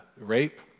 rape